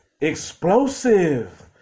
explosive